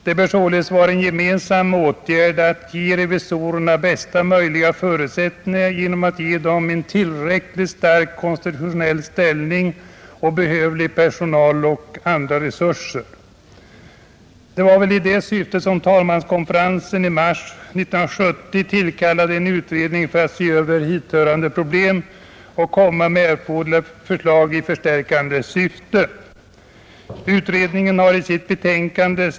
Det bör således vara en gemensam åtgärd att ge revisorerna bästa möjliga förutsättningar genom att ge dem en tillräckligt stark konstitutionell ställning samt behövlig personal och andra resurser. Det var väl i detta syfte som talmanskonferensen i mars 1970 tillkallade en utredning för att se över hithörande problem och komma med erforderliga förslag i förstärkande syfte. Utredningen har i sitt betänkande (Statsrevisionen.